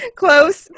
close